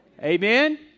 Amen